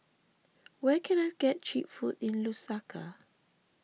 where can I get Cheap Food in Lusaka